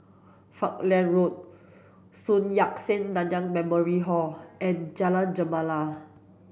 Falkland Road Sun Yat Sen Nanyang Memorial Hall and Jalan Gemala